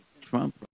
Trump